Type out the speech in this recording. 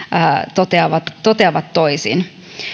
toteavat toteavat toisin